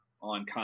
On